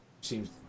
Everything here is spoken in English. seems